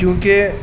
کیونکہ